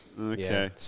Okay